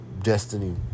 Destiny